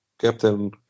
captain